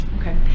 Okay